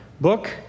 book